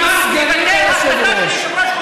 אם סגנית היושב-ראש,